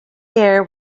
air